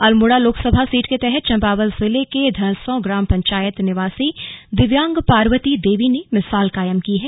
Almora Lok Sabha seat के तहत चम्पावत जिले के धरसौं ग्राम पंचायत निवासी दिव्यांग पावर्ती देवी ने मिसाल कायम की है